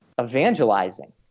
evangelizing